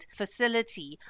facility